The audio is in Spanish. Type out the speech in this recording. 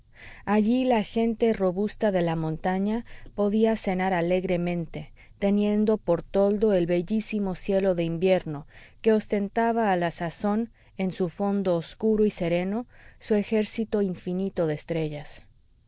allí la gente robusta de la montaña podía cenar alegremente teniendo por toldo el bellísimo cielo de invierno que ostentaba a la sazón en su fondo obscuro y sereno su ejército infinito de estrellas